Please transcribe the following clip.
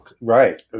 right